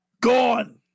Gone